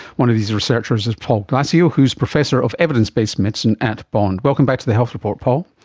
one of these researchers is paul glasziou who is professor of evidence based medicine at bond. welcome back to the health report, paul.